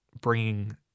bringing